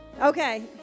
Okay